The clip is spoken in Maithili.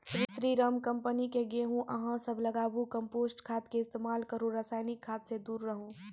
स्री राम कम्पनी के गेहूँ अहाँ सब लगाबु कम्पोस्ट खाद के इस्तेमाल करहो रासायनिक खाद से दूर रहूँ?